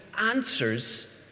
answers